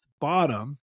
bottom